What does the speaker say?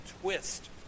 twist